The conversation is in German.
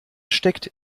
steckt